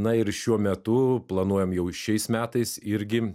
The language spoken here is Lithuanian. na ir šiuo metu planuojam jau ir šiais metais irgi